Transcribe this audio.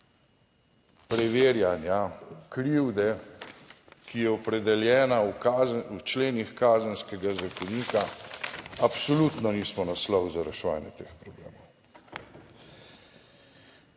preverjanja krivde, ki je opredeljena v členih Kazenskega zakonika, absolutno nismo naslov za reševanje teh problemov.